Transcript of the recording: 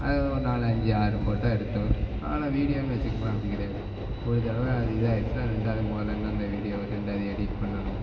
அது ஒரு நாலு அஞ்சு ஆறு ஃபோட்டா எடுத்தோம் ஆனால் வீடியோன்னு வச்சிகோங்களேன் அப்படி கிடையாது ஒரு தடவை அது இதாயிடுச்சின்னால் ரெண்டாவது முதலேருந்து அந்த வீடியோவை ரெண்டாவது எடிட் பண்ணணும்